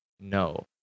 no